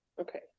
Okay